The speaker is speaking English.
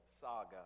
saga